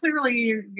clearly